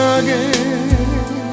again